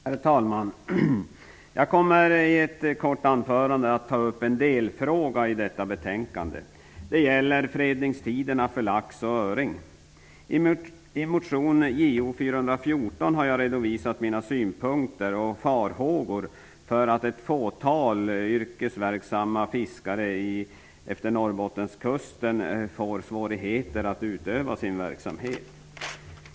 Herr talman! Jag kommer i ett kort anförande att ta upp en delfråga i detta betänkande. Det gäller fredningstiderna för lax och öring. I motion Jo414 har jag redovisat mina synpunkter och farhågor över att ett fåtal yrkesverksamma fiskare utefter Norrbottenskusten får svårigheter att utöva sin verksamhet.